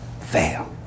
fail